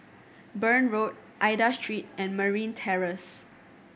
Burn Road Aida Street and Marine Terrace